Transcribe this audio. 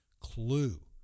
clue